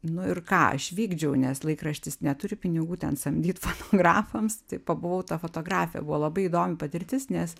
nu ir ką aš vykdžiau nes laikraštis neturi pinigų ten samdyt fotografams tai pabuvau ta fotografė buvo labai įdomi patirtis nes